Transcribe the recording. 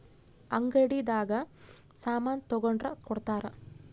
ಅಂಗಡಿ ದಾಗ ಸಾಮನ್ ತಗೊಂಡ್ರ ಕೊಡ್ತಾರ